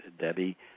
Debbie –